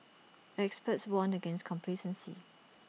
the experts warned against complacency